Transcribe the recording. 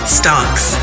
stocks